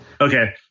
Okay